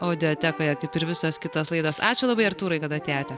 audiotekoje kaip ir visos kitos laidos ačiū labai artūrai kada atėjote